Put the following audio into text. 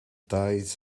tides